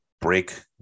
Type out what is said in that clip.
break